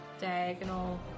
diagonal